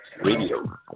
Radio